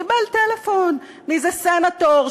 קיבל טלפון מאיזה סנטור,